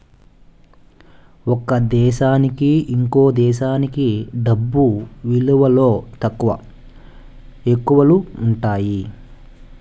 ఒక దేశానికి ఇంకో దేశంకి డబ్బు విలువలో తక్కువ, ఎక్కువలు ఉంటాయి